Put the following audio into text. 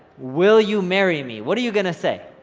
will you marry me, what are you gonna say?